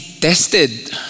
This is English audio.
tested